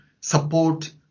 support